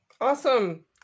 Awesome